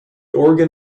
organ